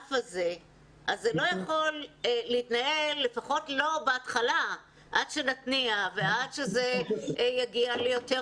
לענף הזה אז אי אפשר לחכות עד שנתניע ועד שזה יגיע ליותר